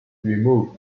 removed